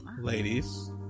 Ladies